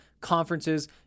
conferences